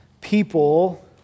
people